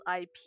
IP